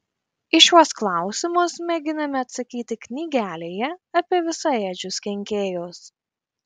į šiuos klausimus mėginame atsakyti knygelėje apie visaėdžius kenkėjus